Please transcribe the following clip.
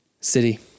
City